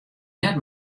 net